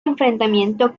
enfrentamiento